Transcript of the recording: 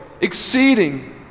exceeding